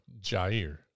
Jair